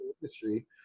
industry